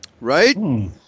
Right